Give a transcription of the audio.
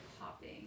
popping